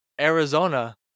Arizona